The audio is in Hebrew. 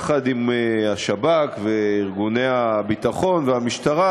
יחד עם השב"כ וארגוני הביטחון והמשטרה,